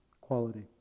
quality